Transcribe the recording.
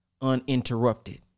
Uninterrupted